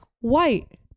White